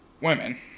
women